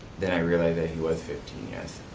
then i realized he was fifteen, yes.